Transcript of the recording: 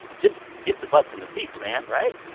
just get the butts in the seats, man, right?